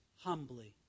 humbly